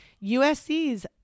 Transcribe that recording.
USC's